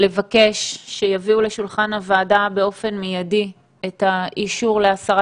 שיביאו לשולחן הוועדה באופן מיידי את האישור להסרת